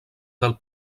del